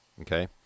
Okay